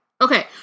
Okay